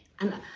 and